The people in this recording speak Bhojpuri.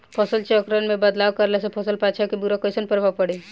फसल चक्र मे बदलाव करला से फसल पर अच्छा की बुरा कैसन प्रभाव पड़ी?